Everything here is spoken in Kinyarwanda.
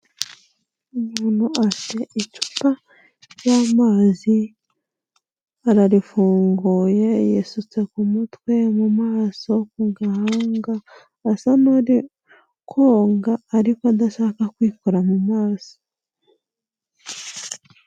Umuntu afite icupa ry'amazi, ararifunguye, yisutse ku mutwe, mu maso, mu gahanga, asa n'uri koga, ariko adashaka kwikora mu maso.